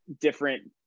different